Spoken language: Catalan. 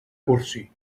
cursi